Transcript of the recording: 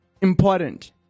important